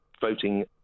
voting